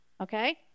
Okay